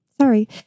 sorry